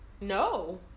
No